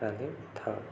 ରାନ୍ଧିଥାଉ